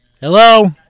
Hello